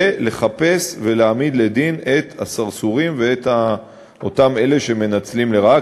זה לחפש ולהעמיד לדין את הסרסורים ואת אלה שמנצלים לרעה.